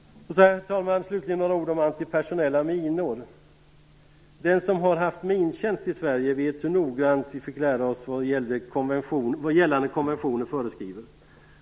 Herr talman! Slutligen vill jag säga några ord om antipersonella minor. Den som har haft mintjänst i Sverige vet hur noggrant vi fick lära oss vad gällande konventioner föreskriver.